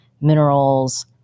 minerals